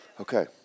Okay